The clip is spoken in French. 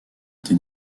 été